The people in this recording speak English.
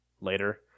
later